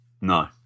No